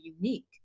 unique